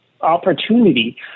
opportunity